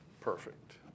Perfect